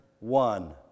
One